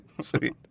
Sweet